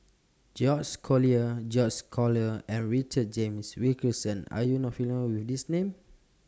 George's Collyer George's Collyer and Richard James Wilkinson Are YOU not familiar with These Names